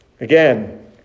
Again